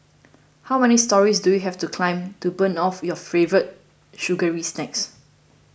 how many storeys do you have to climb to burn off your favourite sugary snacks